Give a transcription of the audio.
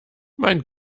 mein